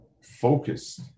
focused